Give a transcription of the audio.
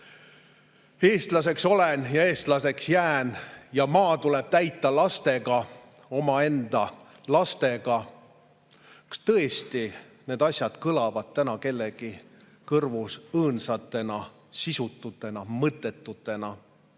"eestlane olen ja eestlaseks jään" ja "maa tuleb täita lastega, [maa] oma enda lastega"? Kas tõesti need asjad kõlavad täna kellegi kõrvus õõnsatena, sisututena, mõttetutena?